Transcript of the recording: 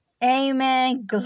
Amen